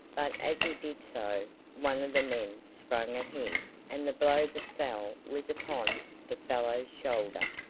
but as he did so, one of the men sprang at him, and the blow that fell was upon the fellow's shoulder,